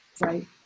right